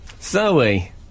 Zoe